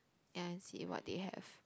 and I see what they have